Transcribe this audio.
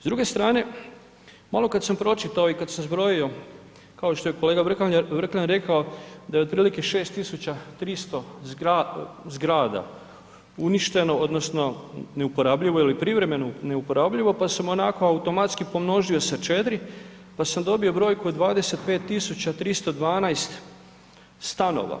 S druge strane malo kada sam pročitao i kada sam zbrojio kao što je kolega Vrkljan rekao da je otprilike 6 tisuća 300 zgrada uništeno odnosno neuporabljivo ili privremeno neuporabljivo pa sam onako automatski pomnožio sa 4, pa sam dobio brojku od 25 tisuća 312 stanova.